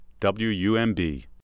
WUMB